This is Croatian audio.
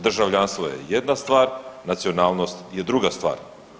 Državljanstvo je jedna stvar, nacionalnost je druga stvar.